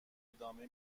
ادامه